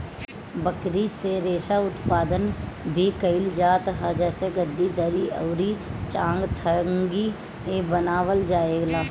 बकरी से रेशा उत्पादन भी कइल जात ह जेसे गद्दी, दरी अउरी चांगथंगी बनावल जाएला